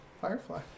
Firefly